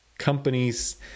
companies